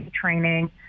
training